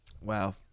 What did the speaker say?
Wow